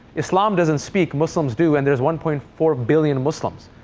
islam doesn't speak. muslims do. and there's one point four billion muslims.